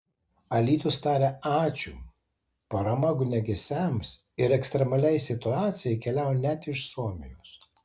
alytus taria ačiū parama ugniagesiams ir ekstremaliai situacijai keliauja net iš suomijos